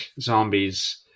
zombies